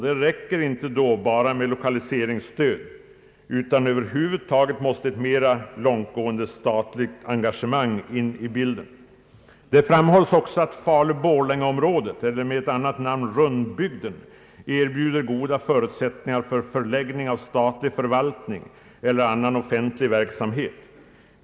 Det räcker då inte med bara lokaliseringsstöd, utan över huvud taget måste ett mera långtgående statligt engagemang in i bilden. Det framhålles också att Falun-—Borlänge-området, eller, med ett annat namn, Runnbygden, erbjuder mycket goda förutsättningar för förläggning av statlig förvaltning eller annan offentlig verksamhet.